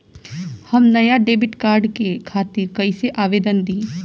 हम नया debit card के खातिर कइसे आवेदन दीं?